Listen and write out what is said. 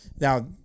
Now